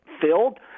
filled